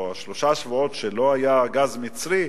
או בשלושת השבועות שלא היה גז מצרי,